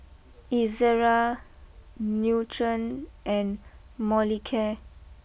Ezerra Nutren and Molicare